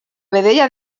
vedella